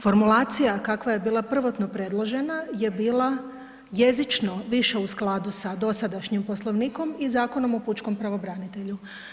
Formulacija kakva je bila prvotno predložena je bila jezično više u skladu sa dosadašnjim poslovnikom i Zakonom o pučkom pravobranitelju.